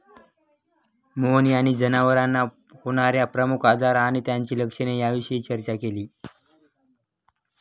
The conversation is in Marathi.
मोहन यांनी जनावरांना होणार्या प्रमुख आजार आणि त्यांची लक्षणे याविषयी चर्चा केली